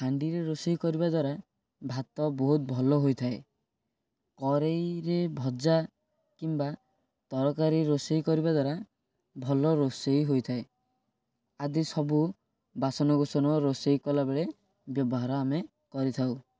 ହାଣ୍ଡି ରେ ରୋଷେଇ କରିବା ଦ୍ୱାରା ଭାତ ବହୁତ ଭଲ ହୋଇଥାଏ କରେଇ ରେ ଭଜା କିମ୍ବା ତରକାରୀ ରୋଷେଇ କରିବା ଦ୍ୱାରା ଭଲ ରୋଷେଇ ହୋଇଥାଏ ଆଦି ସବୁ ବାସନ କୁସନ ରୋଷେଇ କଲା ବେଳେ ବ୍ୟବହାର ଆମେ କରିଥାଉ